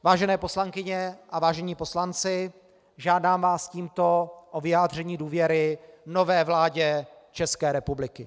Vážené poslankyně a vážení poslanci, žádám vás tímto o vyjádření důvěry nové vládě České republiky.